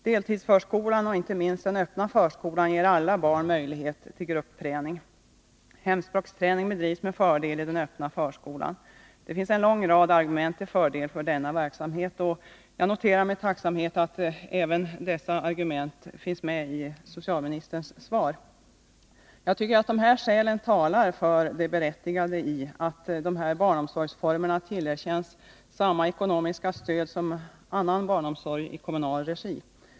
Deltidsförskolan och inte minst den öppna förskolan ger alla barn möjlighet till gruppträning. Hemspråksträning bedrivs med fördel i den 17 öppna förskolan. Det finns en lång rad argument för denna verksamhet. Jag noterar med tacksamhet att även dessa argument finns med i socialministerns svar. Dessa skäl talar enligt min mening för det berättigade i att de här barnomsorgsformerna tillerkänns samma ekonomiska stöd som annan barnomsorg i kommunal regi.